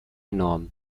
enorm